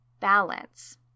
balance